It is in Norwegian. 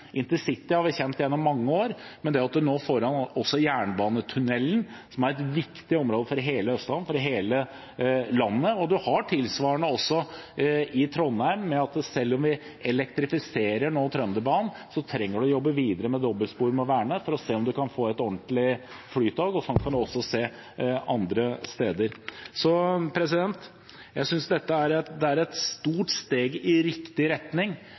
Intercity har vi kjent til gjennom mange år, men en får nå også inn jernbanetunnelen, som er viktig for hele Østlandet – for hele landet. En har tilsvarende i Trondheim. Selv om en nå elektrifiserer Trønderbanen, trenger en å jobbe videre med dobbeltspor til Værnes for å se på om en kan få et ordentlig flytog. Slik kan en også se på andre steder. Jeg synes dette er et stort steg i riktig retning